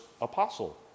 apostle